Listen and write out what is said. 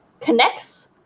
connects